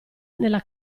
nella